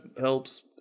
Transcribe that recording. helps